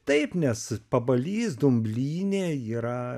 taip nes pabalys dumblynė yra